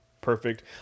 perfect